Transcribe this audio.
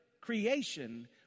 creation